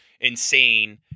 insane